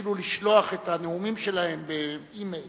יתחילו לשלוח את הנאומים שלהם באימייל